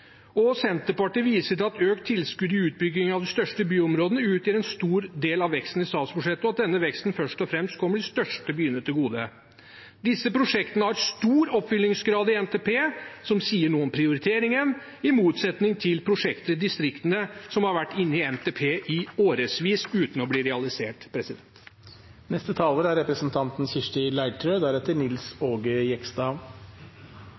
Senterpartiet viser til at økt tilskudd til utbygging av de største byområdene utgjør en stor del av veksten i statsbudsjettet, og at denne veksten først og fremst kommer de største byene til gode. Disse prosjektene har stor oppfyllingsgrad i NTP, som sier noe om prioriteringen, i motsetning til prosjekter i distriktene som har vært inne i NTP i årevis uten å bli realisert.